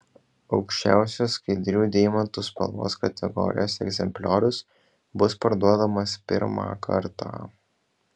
aukščiausios skaidrių deimantų spalvos kategorijos egzempliorius bus parduodamas pirmą kartą